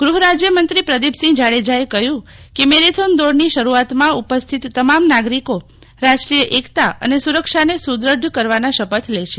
ગહ રાજયમંત્રી પ્રદિપસિંહ જાડજાએ કહયું કે મેરેથોન દોડ શરૂઆતમાં ઉપસ્થિત તમામ નાગરીકો રાષ્ટ્રીય એકતા અને સુરક્ષાને સુદ્રઢ કરવાના શપથ લેશે